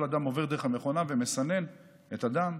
כל הדם עובר דרך המכונה שמסננת את הדם.